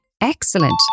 Excellent